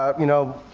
um you know,